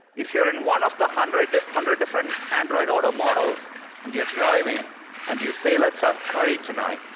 if you're in one of the hundred the hundred different android auto models and you're driving and you say, let's have curry tonight,